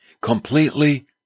completely